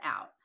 out